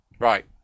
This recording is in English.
Right